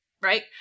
right